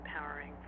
empowering